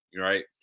right